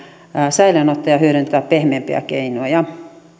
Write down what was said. säilöönottoja ja hyödyntää pehmeämpiä keinoja ja